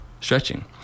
stretching